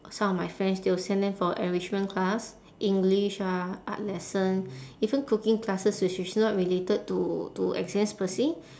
some of my friends still send them for enrichment class english ah art lesson even cooking classes which is not related to to exams per se